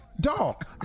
dog